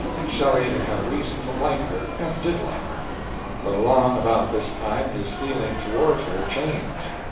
and shelley had had reason to like her, and did like her but along about this time his feeling towards her changed.